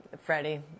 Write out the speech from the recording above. Freddie